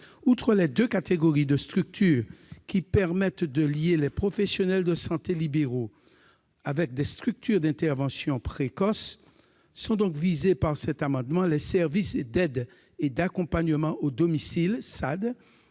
Outre les deux catégories de structures permettant de lier les professionnels de santé libéraux avec des structures d'intervention précoce, sont donc visés par cet amendement les services d'aide et d'accompagnement à domicile- Saad